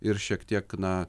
ir šiek tiek na